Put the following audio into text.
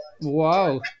Wow